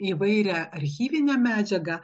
įvairią archyvinę medžiagą